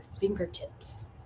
fingertips